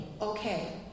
okay